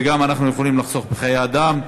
וגם אנחנו יכולים לחסוך בחיי אדם.